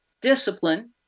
discipline